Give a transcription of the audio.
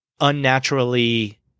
unnaturally